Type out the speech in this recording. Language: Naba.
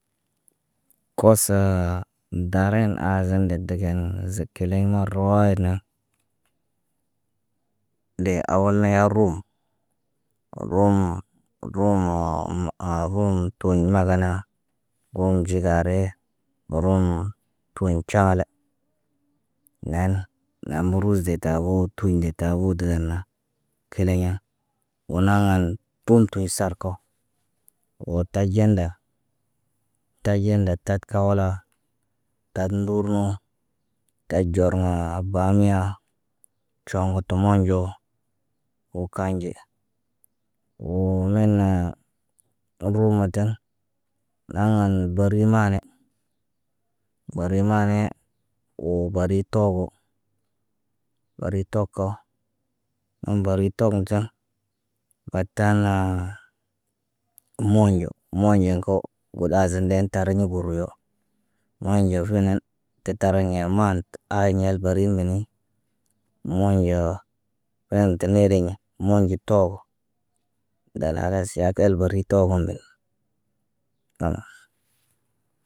Koosaa daaren aazen dee deken zekelen marawaayit na. Dee awal ya rum. Wom rum tu magana. Woŋg ɟigari, rum tuwaɲ cagala. Neen, nen ruze tabuu tuwin ŋge tabu digena. Kileɲ wo naŋgan tum tuɲ sarkow. Wo taɟanda, taɟanda taɗ kawla. Taɗ ndurŋo, taɗ ɟorŋoo bamiya. Coŋgoto moonɟo wo kanɟe. Woo min rumata, ɗaŋg an baru maane. Baru maane woo bari toogo. Bari toko, ɗaŋg bari tog ta. Batann, moonɟo, moonɟo kow got aazen nde tariɲa guriyo. Monɟo finen, tetariɲa maan tə aaɲel bari ŋgeni. Moonɟo ler tə neriɲa moonɟo toobo. Dala ga siya kal beri toogon ndə, tomo.